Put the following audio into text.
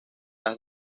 las